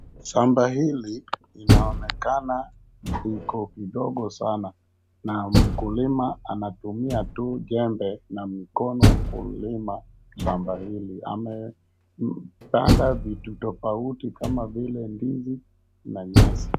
Shamba hili, linaonekana liko kidogo sana, na mkulima anatumia tu jembe na mikono kulima shamba hili. Amepanda vitu tofauti kama vile ndizi, na nyasi.